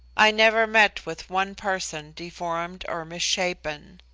i never met with one person deformed or misshapen.